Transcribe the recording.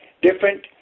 different